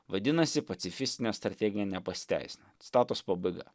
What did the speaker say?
vadinasi pacifistinė strategija nepasiteisina citatos pabaiga